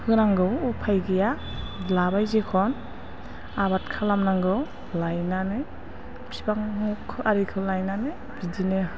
होनांगौ उफाय गैया लाबाय जेखन आबाद खालाम नांगौ लायनानै बिफां आरिखौ लायनानै बिदिनो